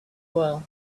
well